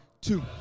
Two